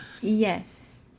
Yes